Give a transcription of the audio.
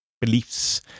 beliefs